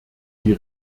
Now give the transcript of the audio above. die